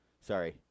Sorry